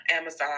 Amazon